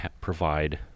provide